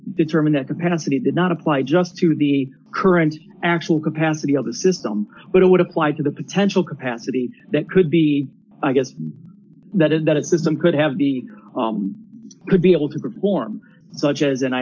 determine that capacity does not apply just to the current actual capacity of the system but it would apply to the potential capacity that could be i guess that in that system could have the to be able to perform such as and i